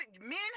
men